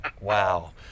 Wow